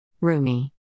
Rumi